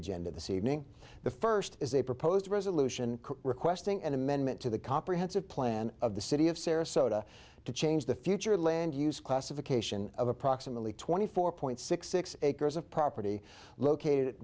agenda the c evening the first is a proposed resolution requesting an amendment to the comprehensive plan of the city of sarasota to change the future land use classification of approximately twenty four point six six acres of property located